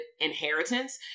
inheritance